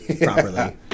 properly